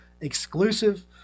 exclusive